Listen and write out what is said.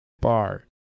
bar